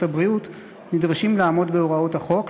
הבריאות נדרשים לעמוד בהוראות החוק,